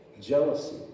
jealousy